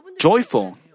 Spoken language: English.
joyful